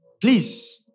Please